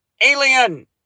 alien